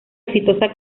exitosa